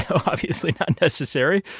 obviously not necessary.